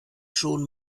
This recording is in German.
schon